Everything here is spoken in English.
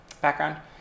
background